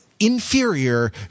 inferior